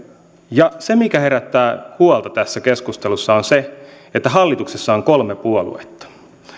se mikä herättää huolta tässä keskustelussa on se että hallituksessa on kolme puoluetta